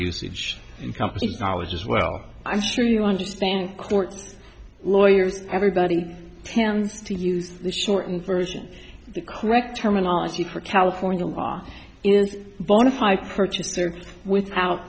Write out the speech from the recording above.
usage encompasses knowledge as well i'm sure you understand courts lawyers everybody tends to use the shortened version the correct terminology for california law is bona fide purchaser without